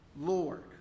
Lord